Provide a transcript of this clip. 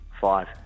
Five